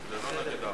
20?